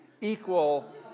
equal